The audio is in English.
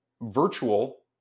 virtual